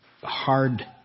hard